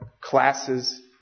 classes